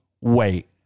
wait